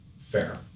fair